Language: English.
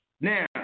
Now